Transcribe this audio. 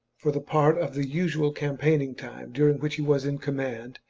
for the part of the usual campaigning time during which he was in command,